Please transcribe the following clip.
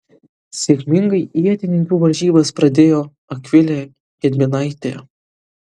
sėkmingai ietininkių varžybas pradėjo akvilė gedminaitė